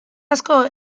asko